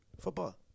football